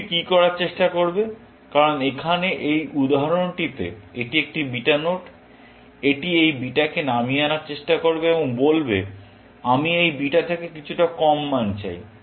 নোডটি কি করার চেষ্টা করবে কারণ এখানে এই উদাহরণটিতে এটি একটি বিটা নোড এটি এই বিটাকে নামিয়ে আনার চেষ্টা করবে এবং বলবে আমি এই বিটা থেকে কিছুটা কম মান চাই